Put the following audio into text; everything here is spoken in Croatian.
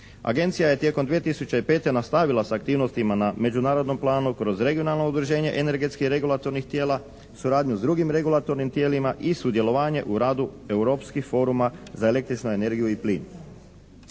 Agencija je tijekom 2005. nastavila s aktivnostima na međunarodnom planu kroz regionalno udruženje energetskih i regulatornih tijela, suradnju s drugim regulatornim tijelima i sudjelovanje u radu europskih foruma za električnu energiju i plin.